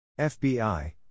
FBI